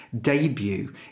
debut